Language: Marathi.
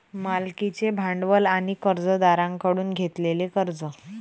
मालकीचे भांडवल आणि कर्जदारांकडून घेतलेले कर्ज